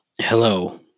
Hello